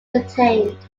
contained